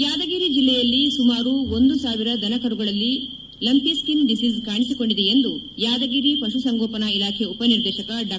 ಯಾದಗಿರಿ ಜಿಲ್ಲೆಯಲ್ಲಿ ಸುಮಾರು ಒಂದು ಸಾವಿರ ದನ ಕರುಗಳಲ್ಲಿ ಲಂಪಿ ಸ್ಕಿನ್ ಡಿಸೀಜ್ ಕಾಣಿಸಿಕೊಂಡಿದೆ ಎಂದು ಯಾದಗಿರಿ ಪಶುಸಂಗೋಪನಾ ಇಲಾಖೆ ಉಪನಿರ್ದೇಶಕ ಡಾ